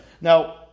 Now